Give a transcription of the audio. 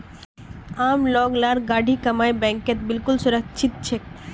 आम लोग लार गाढ़ी कमाई बैंकत बिल्कुल सुरक्षित छेक